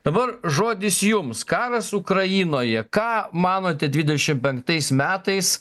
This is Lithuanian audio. dabar žodis jums karas ukrainoje ką manote dvidešimt penktais metais